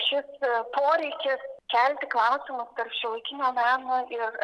šis poreikis kelti klausimus tarp šiuolaikinio meno ir